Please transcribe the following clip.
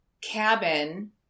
cabin